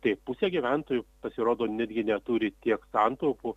tai pusė gyventojų pasirodo netgi neturi tiek santaupų